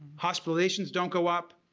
hospitalizations don't go up,